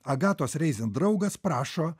agatos reizin draugas prašo